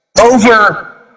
over